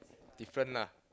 different lah